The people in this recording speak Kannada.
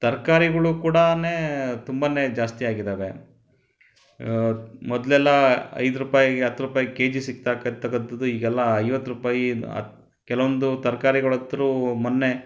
ತರ್ಕಾರಿಗಳು ಕೂಡ ತುಂಬನೇ ಜಾಸ್ತಿ ಆಗಿದ್ದಾವೆ ಮೊದಲೆಲ್ಲ ಐದು ರೂಪಾಯ್ಗೆ ಹತ್ತ್ರುಪಾಯಿ ಕೆ ಜಿಗೆ ಸಿಕ್ತಕ್ಕಂಥದ್ದಂಥದು ಈಗಲ್ಲ ಐವತ್ತು ರೂಪಾಯಿ ಹತ್ತು ಕೆಲವೊಂದು ತರ್ಕಾರಿಗಳಂತೂ ಮೊನ್ನೆ